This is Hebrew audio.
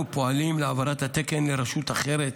אנו פועלים להעברת התקן לרשות אחרת.